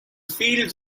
fields